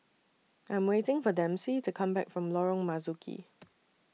I Am waiting For Dempsey to Come Back from Lorong Marzuki